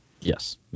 Yes